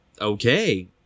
Okay